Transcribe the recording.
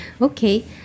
Okay